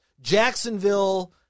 Jacksonville